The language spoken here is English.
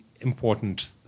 important